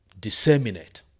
disseminate